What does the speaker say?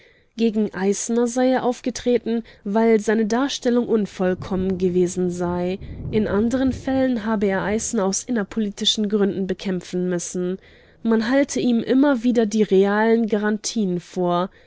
gegen eisner sei er aufgetreten weil seine darstellung unvollkommen gewesen sei in anderen fällen habe er eisner aus innerpolitischen gründen bekämpfen müssen man halte ihm immer wieder die realen garantien vor